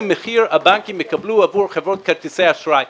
מחיר הבנקים יקבלו עבור חברות כרטיסי האשראי?